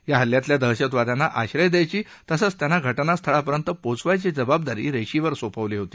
या हल्ल्यातल्या दहशतवाद्यांना आश्रय द्यायची तसंच त्यांना घटनास्थळापर्यंत पोचवायची जबाबदारी रेशीवर सोपवली होती